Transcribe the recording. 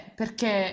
perché